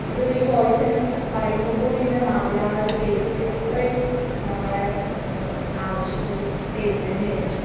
ഇത് ഈ വോയ്സ് ഞാൻ പറയുമ്പോൾക്കൂടി എൻ്റെ നാവിൽ ആ ഒരു ടേസ്റ്റ് അത്രയും നമ്മളെ ആകർഷിച്ചൊരു ടേസ്റ്റ് തന്നെയാണ് അത്